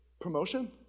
Promotion